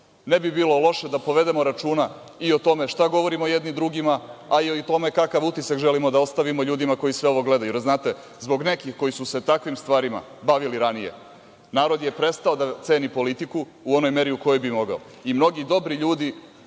Ne bi bilo loše da povedemo računa i o tome šta govorimo jedni drugima, a i o tome kakav utisak želimo da ostavimo ljudima koji sve ovo gledaju. Jer, znate, zbog nekih koji su se takvim stvarima bavili ranije, narod je prestao da ceni politiku u onoj meri u kojoj bi mogao i mnogi dobri ljudi